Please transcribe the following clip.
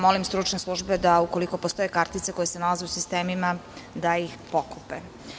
Molim stručne službe da, ukoliko postoje kartice koje se nalaze u sistemima, da ih pokupe.